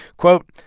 quote,